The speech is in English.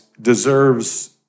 deserves